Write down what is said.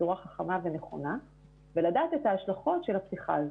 בצורה חכמה ונכונה ולדעת את ההשלכות של הפתיחה הזו.